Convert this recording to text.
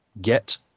Get